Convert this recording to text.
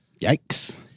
Yikes